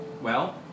Well-